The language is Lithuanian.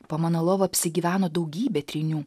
po mano lova apsigyveno daugybė trynių